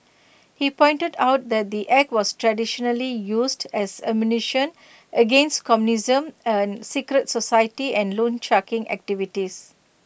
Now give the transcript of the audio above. he pointed out that the act was traditionally used as ammunition against communism and secret society and loansharking activities